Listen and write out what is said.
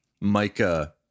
Micah